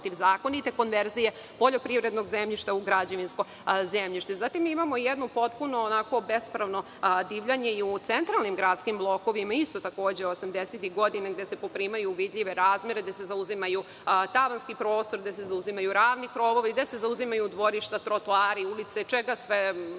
protivzakonite konverzije poljoprivrednog zemljišta u građevinsko zemljište. Zatim, imamo jedno onako potpuno bespravno divljanje i u centralnim gradskim blokovima, takođe osamdesetih godina, gde se poprimaju vidljive razmere, gde se zauzimaju tavanski prostori, gde se zauzimaju ravni krovovi, gde se zauzimaju dvorišta, trotoari, ulice, svega